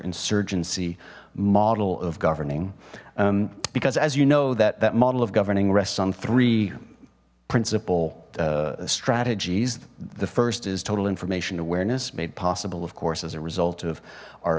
insurgency model of governing because as you know that that model of governing rests on three principle strategies the first is total information awareness made possible of course as it result of our